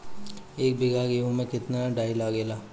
एक बीगहा गेहूं में केतना डाई लागेला?